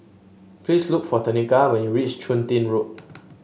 please look for Tenika when you reach Chun Tin Road